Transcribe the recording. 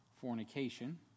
fornication